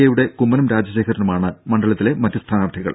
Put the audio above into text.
എയുടെ കുമ്മനം രാജശേഖരനുമാണ് മണ്ഡലത്തിലെ മറ്റു സ്ഥാനാർഥികൾ